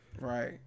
right